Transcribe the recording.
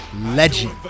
legend